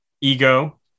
ego